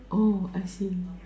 oh I see